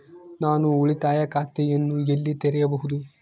ನಾನು ಉಳಿತಾಯ ಖಾತೆಯನ್ನು ಎಲ್ಲಿ ತೆರೆಯಬಹುದು?